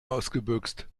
ausgebüxt